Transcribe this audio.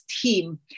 team